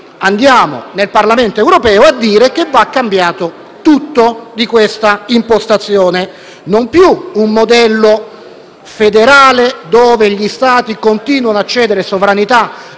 andremo nel Parlamento europeo a dire che deve essere cambiato tutto di questa impostazione: non più un modello federale, in cui gli Stati continuano a cedere sovranità